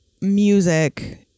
music